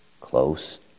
close